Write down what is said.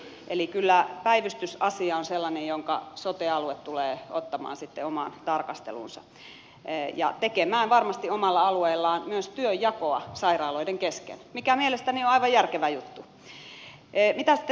eli kyllä päivystysasia on sellainen jonka sote alue tulee ottamaan sitten omaan tarkasteluunsa ja tekemään varmasti omalla alueellaan myös työnjakoa sairaaloiden kesken mikä mielestäni on aivan järkevä juttu